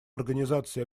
организации